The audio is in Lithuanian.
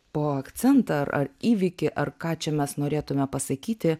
po akcentą ar ar įvykį ar ką čia mes norėtume pasakyti